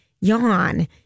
yawn